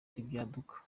ibyaduka